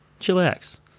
Chillax